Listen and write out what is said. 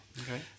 Okay